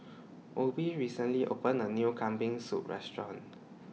Obie recently opened A New Kambing Soup Restaurant